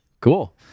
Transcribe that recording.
cool